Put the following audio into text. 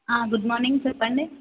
good morning చెప్పండి